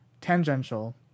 tangential